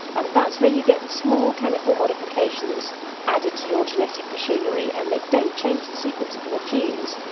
and that's where you get small chemical modifications added to your genetic machinery, and they don't change the sequence of your genes.